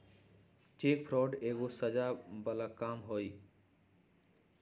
cheque fraud एगो सजाओ बला काम हई